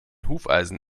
hufeisen